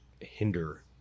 hinder